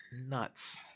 nuts